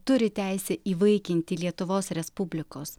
turi teisę įvaikinti lietuvos respublikos